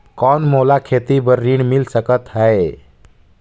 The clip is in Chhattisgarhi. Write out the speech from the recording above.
कौन मोला खेती बर ऋण मिल सकत है?